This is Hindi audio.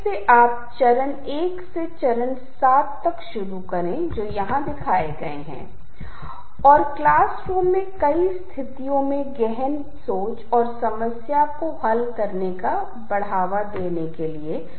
जैसा कि हमने चर्चा की उनके सांस्कृतिक प्रभाव भी हो सकते हैं और सामान्य तौर पर हम पाते हैं कि संगीत जो एक दूसरे का अनुसरण करता है वह कहता है कि अगर मैं खुश संगीत सुन रहा हूं और फिर मैं उदास संगीत सुनता हूं तो उदास संगीत बहुत अधिक उदास लगता है